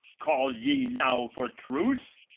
call ye now for truce?